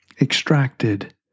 extracted